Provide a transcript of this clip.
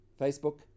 Facebook